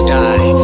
die